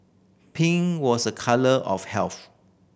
pink was a colour of health